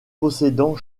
possédant